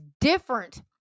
different